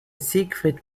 siegfried